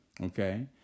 Okay